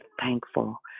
thankful